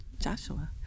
Joshua